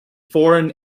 foreign